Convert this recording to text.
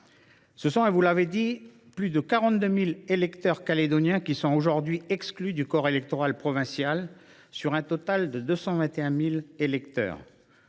Cela a été dit, plus de 42 000 électeurs calédoniens sont aujourd’hui exclus du corps électoral provincial, sur un total de 221 000 électeurs.